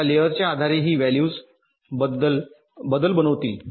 आता लेयरच्या आधारे ही व्हॅल्यूज बदल बनतील